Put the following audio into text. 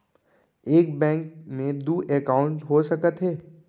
एक बैंक में दू एकाउंट हो सकत हे?